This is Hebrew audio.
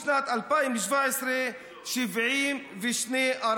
ובשנת 2017 נהרגו 72 ערבים,